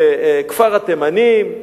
בכפר-התימנים,